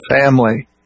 family